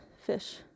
fish